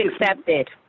accepted